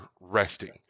resting